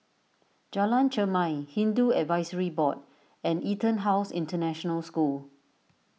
Jalan Chermai Hindu Advisory Board and EtonHouse International School